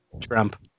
Trump